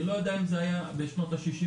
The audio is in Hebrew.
אני לא יודע אם זה היה רלוונטי בשנות ה-60.